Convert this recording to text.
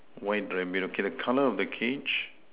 white rabbit okay the colour of the cage